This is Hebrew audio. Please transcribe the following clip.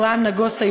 אברהם נגוסה,